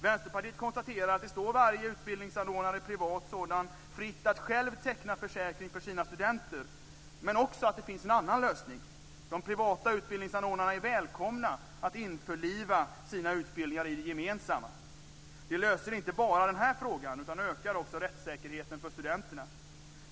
Vänsterpartiet konstaterar att det står varje privat utbildningsanordnare fritt att själv teckna försäkring för sina studenter men också att det finns en annan lösning. De privata ubildningsanordnarna är välkomna att införliva sina utbildningar i det gemensamma. Det löser inte bara den här frågan utan ökar också rättssäkerheten för studenterna.